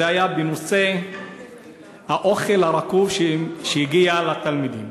בנושא האוכל הרקוב שהגיע לתלמידים.